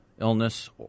illness